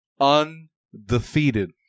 undefeated